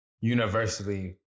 universally